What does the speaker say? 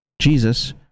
Jesus